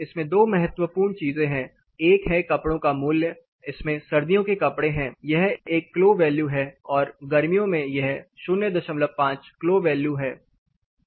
इसमें दो महत्वपूर्ण चीजें हैं एक है कपड़ों का मूल्य इसमें सर्दियों के कपड़े हैं यह 1 क्लो वैल्यू है और गर्मियों में यह 05 क्लो वैल्यू है